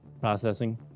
processing